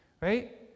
right